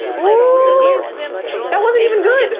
whoa that wasn't even good. but